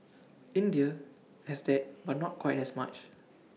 India has that but not quite as much